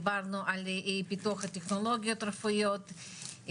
דיברנו על פיתוח הטכנולוגיות הרפואיות,